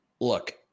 look